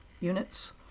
units